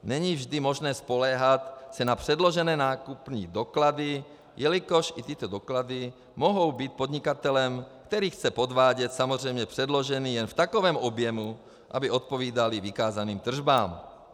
Není vždy možné spoléhat se na předložené nákupní doklady, jelikož i tyto doklady mohou být podnikatelem, který chce podvádět, samozřejmě předloženy jen v takovém objemu, aby odpovídaly vykázaným tržbám.